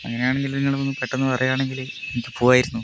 അങ്ങനാണെങ്കില് നിങ്ങളൊന്ന് പെട്ടെന്ന് പറയുകയാണെങ്കില് എനിക്ക് പോകാമായിരുന്നു